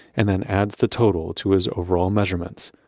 and then adds the total to his overall measurements.